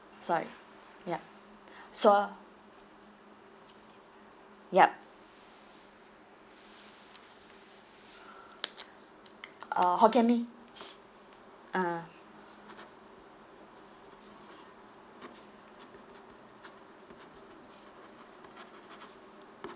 sorry ya so yup uh hokkien mee ah